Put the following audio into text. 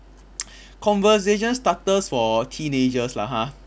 conversation starters for teenagers lah ha